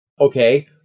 okay